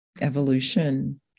evolution